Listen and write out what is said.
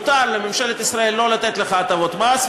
מותר לממשלת ישראל לא לתת לך הטבות מס,